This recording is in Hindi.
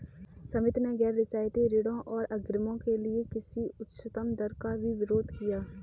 समिति ने गैर रियायती ऋणों और अग्रिमों के लिए किसी भी उच्चतम दर का भी विरोध किया